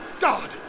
God